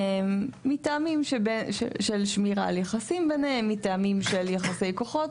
מטעמים של שמירה על יחסים ביניהן ומשמירה על יחסי כוחות,